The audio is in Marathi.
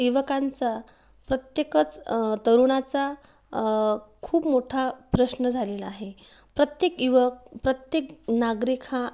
युवकांचा प्रत्येकच तरुणाचा खूप मोठा प्रश्न झालेला आहे प्रत्येक युवक प्रत्येक नागरिक हा